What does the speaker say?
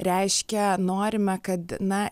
reiškia norime kad na